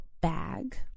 bag